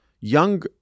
young